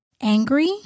angry